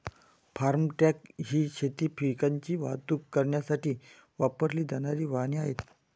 form truck ही शेती पिकांची वाहतूक करण्यासाठी वापरली जाणारी वाहने आहेत